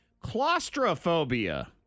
Claustrophobia